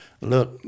look